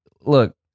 look